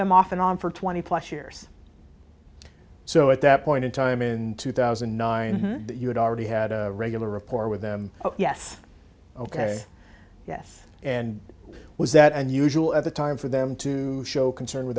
them off and on for twenty plus years so at that point in time in two thousand and nine you had already had a regular report with them yes ok yes and was that unusual at the time for them to show concern with